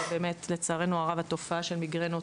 ובאמת לצערנו הרב התופעה של מיגרנות